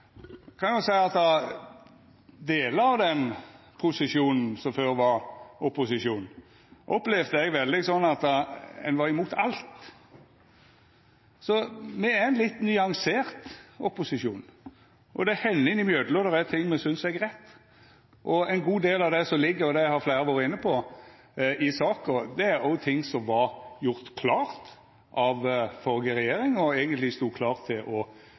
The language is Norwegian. kan eg seia at delar av den posisjonen som før var opposisjon, opplevde eg veldig på den måten at ein var imot alt. Me er ein litt nyansert opposisjon. Det hender innimellom det er ting me synest er greie. Ein god del av det som ligg i saka – det har fleire vore inne på – er òg ting som vart gjorde klare av førre regjering, og som eigentleg stod klare til å